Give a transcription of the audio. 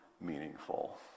meaningful